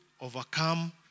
overcome